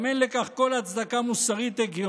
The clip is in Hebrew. גם אין לכך כל הצדקה מוסרית הגיונית.